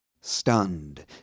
Stunned